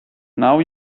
now